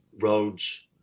roads